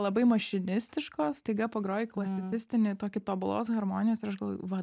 labai mašinistiško staiga pagroji klasicistinį tokį tobulos harmonijos ir aš galvoju va